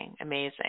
Amazing